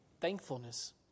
thankfulness